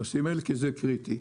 זה קריטי.